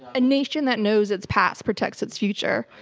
a nation that knows its past protects its future.